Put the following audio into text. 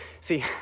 See